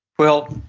well,